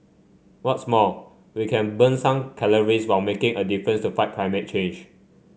what's more we can burn some calories while making a difference to fight climate change